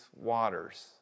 waters